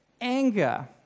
anger